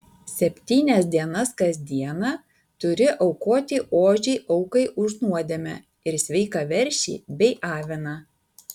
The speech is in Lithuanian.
septynias dienas kas dieną turi aukoti ožį aukai už nuodėmę ir sveiką veršį bei aviną